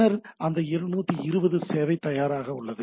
பின்னர் அந்த 220 சேவை தயாராக உள்ளது